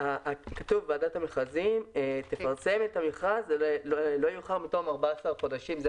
ועדת המכרזים תפרסם את המכרז לא יאוחר מתום 14 חודשים.